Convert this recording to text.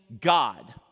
God